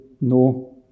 no